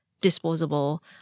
disposable